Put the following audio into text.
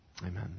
amen